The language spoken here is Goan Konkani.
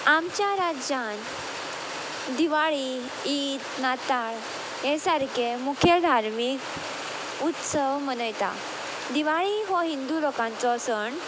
आमच्या राज्यांत दिवाळी ईद नाताल हे सारके मुखेल धार्मीक उत्सव मनयता दिवाळी हो हिंदू लोकांचो सण